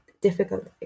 difficult